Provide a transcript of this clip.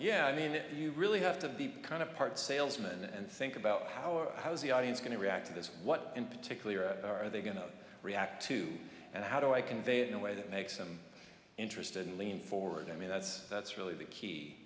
yeah i mean that you really have to be kind of part salesman and think about how are how's the audience going to react to this what in particular are they going to react to and how do i convey it in a way that makes them interested and lean forward i mean that's that's really the key